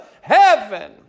heaven